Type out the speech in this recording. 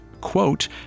quote